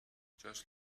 just